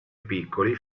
piccoli